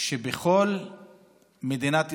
שבכל מדינת ישראל,